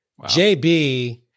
JB